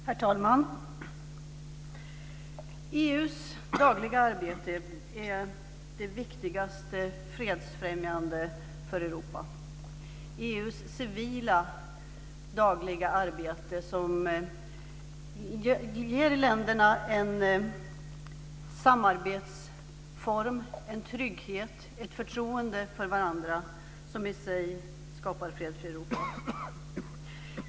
Herr talman! EU:s dagliga arbete är det viktigaste fredsfrämjande arbetet för Europa. EU:s civila dagliga arbete ger länderna en samarbetsform, en trygghet och förtroende för varandra, som i sig skapar fred för Europa.